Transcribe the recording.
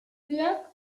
für